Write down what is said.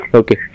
okay